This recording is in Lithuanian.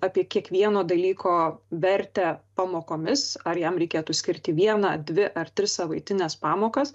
apie kiekvieno dalyko vertę pamokomis ar jam reikėtų skirti vieną dvi ar tris savaitines pamokas